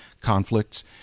conflicts